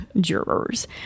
jurors